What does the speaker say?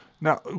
Now